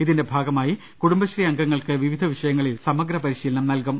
ഇതിന്റെ ഭാഗമായി കുടുംബശ്രീ അംഗങ്ങൾക്ക് വിവിധ വിഷയങ്ങളിൽ സമഗ്ര പരിശീലനം നൽകും